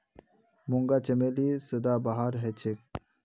मूंगा चमेली सदाबहार हछेक